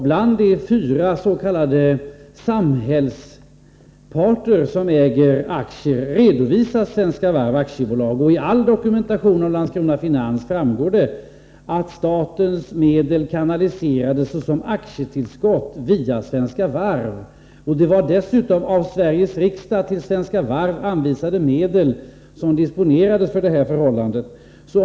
Bland de fyra s.k. samhällsparter som äger aktier anges Svenska Varv AB. I all dokumentation om Landskrona Finans framgår också att statens medel kanaliserades såsom aktietillskott via Svenska Varv. Det var dessutom av Sveriges riksdag till Svenska Varv anvisade medel som disponerades för detta.